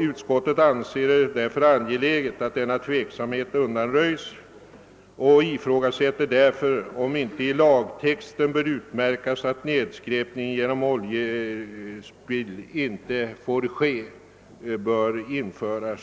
Utskottet anser det därför angeläget att denna tveksamhet undanröjs och ifrågasätter, om det inte i nämnda paragraf bör anges att nedskräpning genom oljespill inte får förekomma.